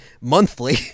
monthly